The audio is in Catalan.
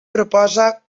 proposa